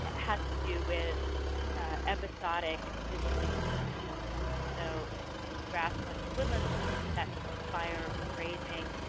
has to do with episodic and physically destructive events, so in in grassland and woodland systems that may be fire or grazing.